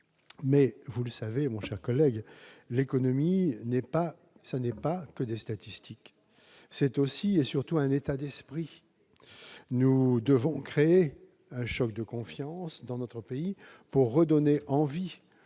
Vous le savez, mon cher collègue, l'économie, ce n'est pas que des statistiques, c'est aussi et surtout un état d'esprit. Nous devons donc créer un choc de confiance dans notre pays afin de redonner aux